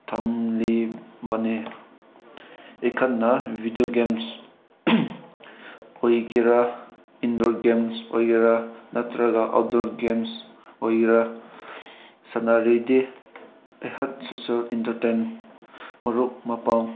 ꯊꯝꯂꯤꯕꯅꯤ ꯑꯩꯍꯥꯛꯅ video games ꯑꯣꯏꯒꯦꯔ indoor games ꯑꯣꯏꯒꯦꯔ ꯅꯠꯇ꯭ꯔꯒ ꯑꯥꯎꯠꯗꯣꯔ ꯒꯦꯝꯁ ꯑꯣꯏꯒꯦꯔ ꯁꯥꯟꯅꯔꯗꯤ ꯑꯩꯍꯥꯛ ꯁꯣꯁꯤꯌꯦꯜ ꯏꯟꯇꯔꯇꯦꯟ ꯃꯔꯨꯞ ꯃꯄꯥꯡ